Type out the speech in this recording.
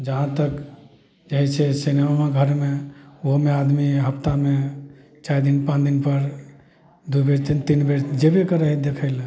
जहाँ तक जे हइ से सिनेमाघरमे ओहोमे आदमी हप्तामे चारि दिन पाँच दिनपर दुइ बेर तीन बेर जएबे करै हइ देखैले